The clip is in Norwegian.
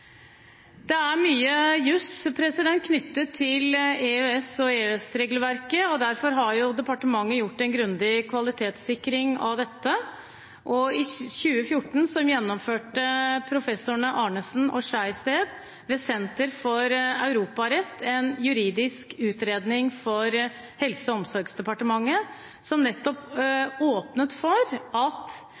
Det er mye jus knyttet til EØS og EØS-regelverket. Derfor har departementet gjort en grundig kvalitetssikring av dette, og i 2014 gjennomførte professorene Arnesen og Sejersted ved Senter for europarett en juridisk utredning for Helse- og omsorgsdepartementet som nettopp åpnet for at